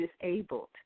disabled